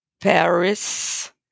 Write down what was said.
Paris